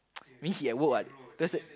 means he at work what because